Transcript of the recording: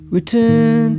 Return